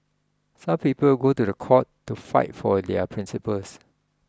some people go to the court to fight for their principles